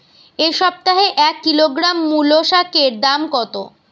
এ সপ্তাহে এক কিলোগ্রাম মুলো শাকের দাম কত?